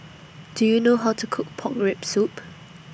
Do YOU know How to Cook Pork Rib Soup